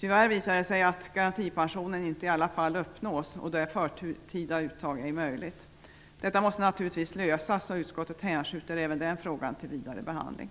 Tyvärr visar det sig att garantipensionen inte i alla fall uppnås, och då är förtida uttag ej möjligt. Detta måste naturligtvis lösas, och utskottet hänskjuter även den frågan till vidare behandling.